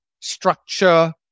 structure